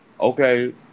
Okay